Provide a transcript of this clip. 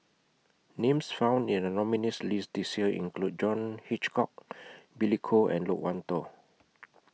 Names found in The nominees' list This Year include John Hitchcock Billy Koh and Loke Wan Tho